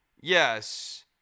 Yes